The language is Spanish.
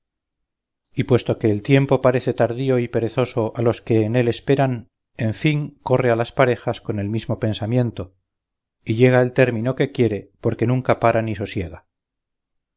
y puesto que el tiempo parece tardío y perezoso a los que en él esperan en fin corre a las parejas con el mismo pensamiento y llega el término que quiere porque nunca para ni sosiega